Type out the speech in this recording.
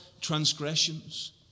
transgressions